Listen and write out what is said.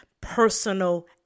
personal